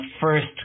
first